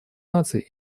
наций